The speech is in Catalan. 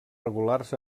regulars